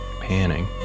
panning